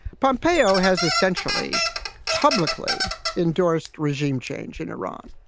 pompeo has essentially publicly endorsed regime change in iran.